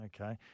Okay